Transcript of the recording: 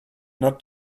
not